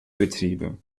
betriebe